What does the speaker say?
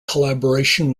collaboration